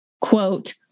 quote